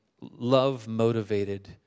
love-motivated